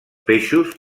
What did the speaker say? peixos